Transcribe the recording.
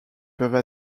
peuvent